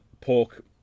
pork